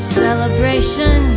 celebration